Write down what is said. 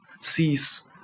sees